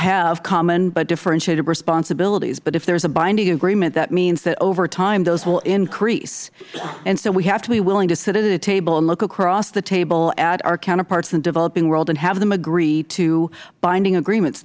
have common but differentiated responsibilities but if there is a binding agreement that means that over time those will increase and so we have to be willing to sit at a table and look across the table at our counterparts in the developing world and have them agree to binding agreements